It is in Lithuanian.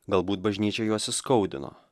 galbūt bažnyčia juos įskaudino